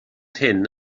hyn